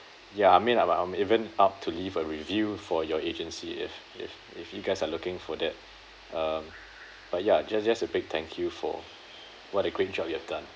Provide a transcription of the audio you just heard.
ya I mean I'm I'm even up to leave a review for your agency if if if you guys are looking for that um but ya just just a big thank you for what a great job you have done